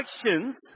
actions